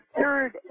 third